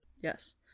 Yes